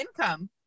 income